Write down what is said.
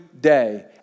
day